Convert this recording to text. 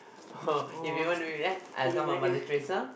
[ho] if you want to do it ah come ah Mother-Teresa